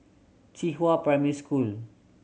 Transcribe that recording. Qihua Primary School